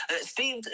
Steve